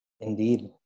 Indeed